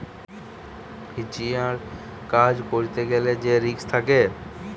হেজিংয়ের কাজ করতে গ্যালে সে রিস্ক থাকে